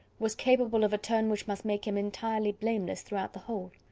was capable of a turn which must make him entirely blameless throughout the whole.